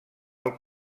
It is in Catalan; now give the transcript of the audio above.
alt